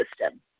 system